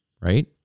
right